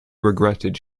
regretted